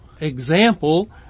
example